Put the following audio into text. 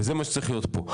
וזה מה שצריך להיות פה.